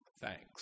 thanks